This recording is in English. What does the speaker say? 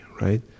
right